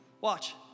Watch